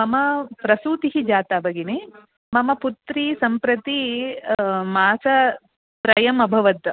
मम प्रसूतिः जाता भगिनी मम पुत्री सम्प्रति मास त्रयम् अभवत्